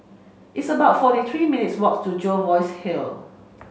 it's about forty three minutes' walk to Jervois Hill